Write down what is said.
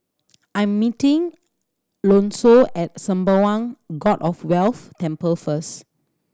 I'm meeting Alonso at Sembawang God of Wealth Temple first